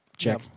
Check